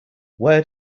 where